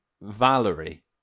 Valerie